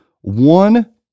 one